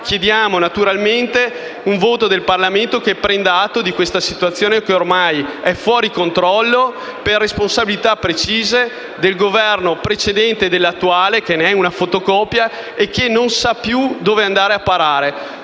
chiediamo naturalmente un voto del Parlamento che prenda atto di questa situazione ormai fuori controllo per responsabilità precise del Governo precedente e di quello attuale (che ne è una fotocopia), e che non sa più dove andare a parare.